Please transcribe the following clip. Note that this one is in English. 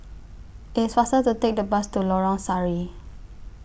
IT IS faster to Take The Bus to Lorong Sari